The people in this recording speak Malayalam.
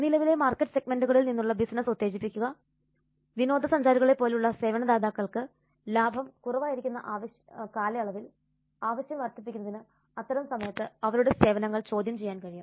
നിലവിലെ മാർക്കറ്റ് സെഗ്മെന്റുകളിൽ നിന്നുള്ള ബിസിനസ്സ് ഉത്തേജിപ്പിക്കുക വിനോദ സഞ്ചാരികളെപ്പോലുള്ള സേവനദാതാക്കൾക്ക് ലാഭം കുറവായിരിക്കുന്ന കാലയളവിൽ ആവശ്യം വർദ്ധിപ്പിക്കുന്നതിന് അത്തരം സമയത്ത് അവരുടെ സേവനങ്ങൾ പരസ്യം ചെയ്യാൻ കഴിയും